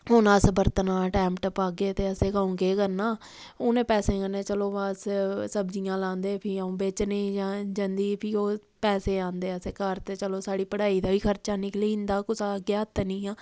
हून अस बरतना दा टैम टपागे ते असें कदूं केह् करना उ'नें पैसें कन्नै चलो अस सब्जियां लांदे हे फ्ही अ'ऊं बेचने गी जंदी ही फ्ही ओह् पैसे औंदे असें घर ते चलो साढ़ी पढ़ाई दा बी खर्चा निकली जंदा हा कुसै अग्गें हत्थ निं हा